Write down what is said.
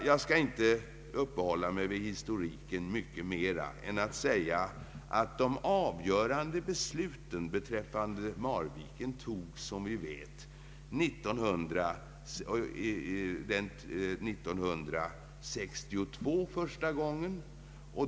Jag skall inte uppehålla mig vid historiken mer än att erinra om att de avgörande besluten om Marviken fattades, som vi vet, första gången 1962.